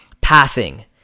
passing